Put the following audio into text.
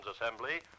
Assembly